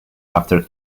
after